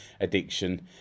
addiction